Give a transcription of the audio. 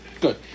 Good